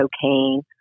cocaine